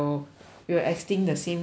will extinct the same way too